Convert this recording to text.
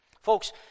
Folks